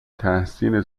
تحسین